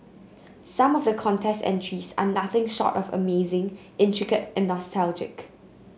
some of the contest entries are nothing short of amazing intricate and nostalgic